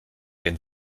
den